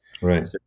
Right